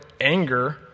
anger